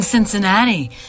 Cincinnati